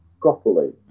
properly